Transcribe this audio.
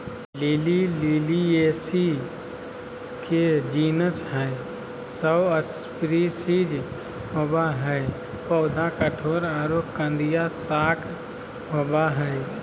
lily Liliaceae के genus हई, सौ स्पिशीज होवअ हई, पौधा कठोर आरो कंदिया शाक होवअ हई